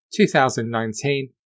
2019